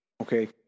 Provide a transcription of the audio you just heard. Okay